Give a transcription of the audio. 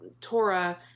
Torah